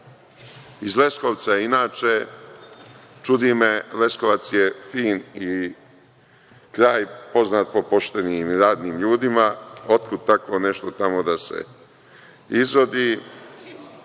Iz Leskovca je inače, čudi me Leskovac je fin i kraj poznat po poštenim i radnim ljudima, odkud tako nešto tamo da se izrodi.